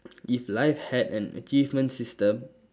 if life had an achievement system